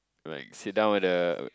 like sit down at the